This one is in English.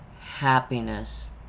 happiness